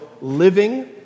living